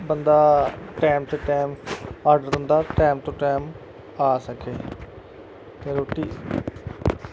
बंदा टैम च time order तुंदा टैम टू टैम खाऽ सकै रुट्टी